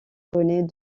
connaît